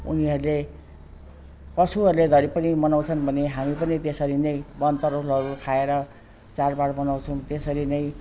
उनीहरूले पशुहरूले धरी पनि मनाउँछन् भने हामी पनि त्यसरी नै वन तरुलहरू खाएर चाडबाड मनाउँछौँ त्यसरी नै